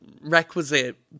requisite